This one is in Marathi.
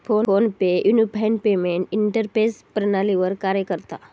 फोन पे युनिफाइड पेमेंट इंटरफेस प्रणालीवर कार्य करता